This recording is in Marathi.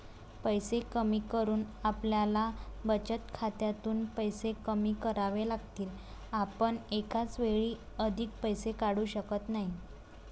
पैसे कमी करून आपल्याला बचत खात्यातून पैसे कमी करावे लागतील, आपण एकाच वेळी अधिक पैसे काढू शकत नाही